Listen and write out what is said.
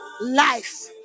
life